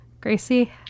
Gracie